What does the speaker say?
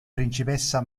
principessa